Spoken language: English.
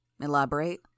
Elaborate